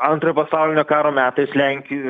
antrojo pasaulinio karo metais lenkijoj